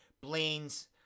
Blaine's